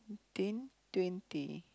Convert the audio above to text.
~teen twenty